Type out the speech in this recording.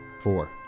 Four